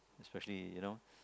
especially you know